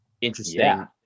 interesting